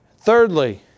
Thirdly